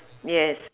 yes